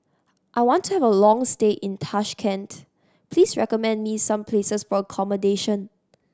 I want to have a long stay in Tashkent please recommend me some places for accommodation